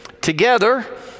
together